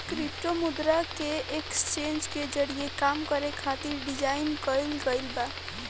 crypto मुद्रा के exchange के जरिए काम करे खातिर डिजाइन कईल गईल बा